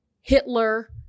Hitler